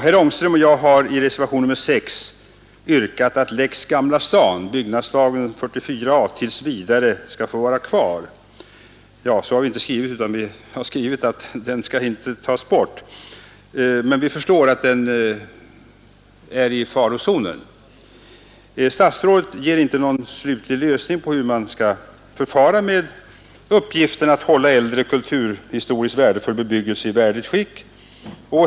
Herr Ångström och jag har i reservationen 6 yrkat att 44 § i byggnadslagen — Lex Gamla Stan — inte skall tas bort. Vi förstår att den är i farozonen. Statsrådet anvisar inte någon slutlig lösning av frågan om hur man bör förfara med uppgiften att hålla äldre, kulturhistoriskt värdefull bebyggelse i värdigt skick.